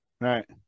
Right